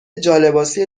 جالباسی